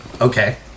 okay